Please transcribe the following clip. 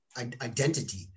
identity